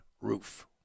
roof